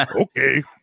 Okay